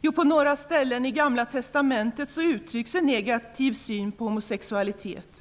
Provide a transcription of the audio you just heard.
Jo, på några ställen i Gamla testamentet uttrycks en negativ syn på homosexualitet.